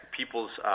people's